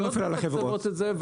הרשויות מתקצבות את זה,